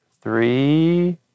three